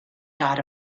dot